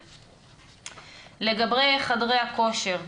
לגבי חדרי הכושר,